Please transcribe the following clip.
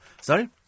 Sorry